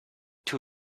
too